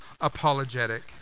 apologetic